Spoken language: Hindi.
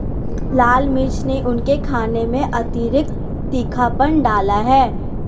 लाल मिर्च ने उनके खाने में अतिरिक्त तीखापन डाला है